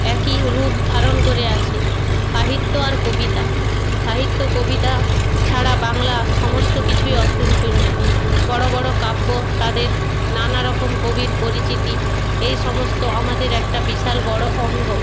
একই রূপ ধারণ করে আছে সাহিত্য আর কবিতা সাহিত্য কবিতা ছাড়া বাংলা সমস্ত কিছুই অসম্পূর্ণ বড় বড় কাব্য তাদের নানা রকম কবির পরিচিতি এই সমস্ত আমাদের একটা বিশাল বড় অঙ্গ